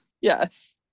yes